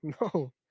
no